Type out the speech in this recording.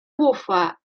bufa